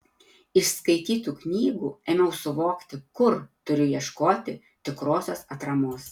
iš skaitytų knygų ėmiau suvokti kur turiu ieškoti tikrosios atramos